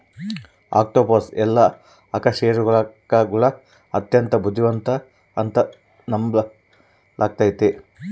octopus ಎಲ್ಲಾ ಅಕಶೇರುಕಗುಳಗ ಅತ್ಯಂತ ಬುದ್ಧಿವಂತ ಅಂತ ನಂಬಲಾಗಿತೆ